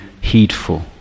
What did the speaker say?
heedful